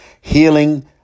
healing